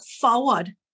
forward